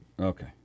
Okay